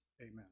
Amen